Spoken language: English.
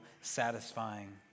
satisfying